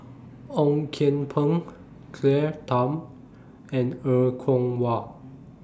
Ong Kian Peng Claire Tham and Er Kwong Wah